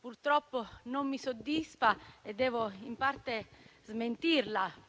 purtroppo non mi soddisfa e devo in parte smentirla,